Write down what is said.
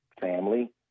family